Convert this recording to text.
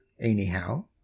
anyhow